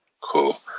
Cool